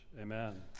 Amen